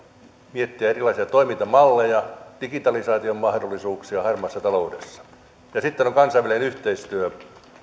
miettiä erilaisia toimintamalleja digitalisaation mahdollisuuksia harmaassa taloudessa ja sitten kansainvälinen yhteistyö